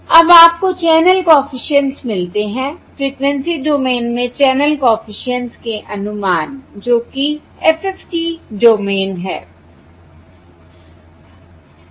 अब आपको channel coefficients मिलते है फ्रिकवेंसी डोमेन में चैनल कॉफिशिएंट्स के अनुमान जो कि FFT डोमेन है